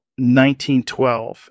1912